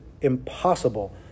impossible